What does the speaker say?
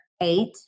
Eight